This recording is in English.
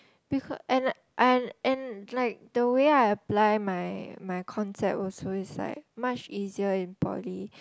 beca~ and I and like the way I apply my my concept also is like much easier in poly